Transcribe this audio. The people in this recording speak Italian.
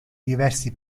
diversi